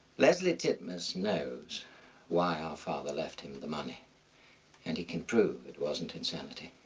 lesley titmuss knows why our father left him the money and he can prove it wasn't insanity.